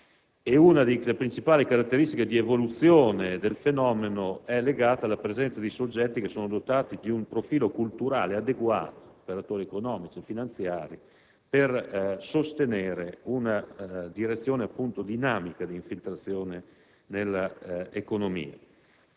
Una delle principali caratteristiche di evoluzione del fenomeno è legata alla presenza di soggetti dotati di un profilo culturale adeguato - operatori economici e finanziari - per sostenere una direzione dinamica di infiltrazione nell'economia.